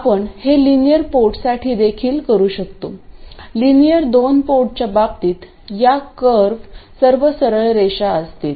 आपण हे लिनियर पोर्टसाठी देखील करू शकतो लिनियर दोन पोर्टच्या बाबतीत या कर्व सर्व सरळ रेषा असतील